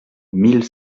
mille